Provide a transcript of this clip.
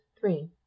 three